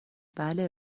بله